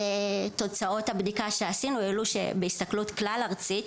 תוצאות הבדיקה שעשינו העלו שבהסתכלות כלל ארצית,